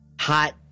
hot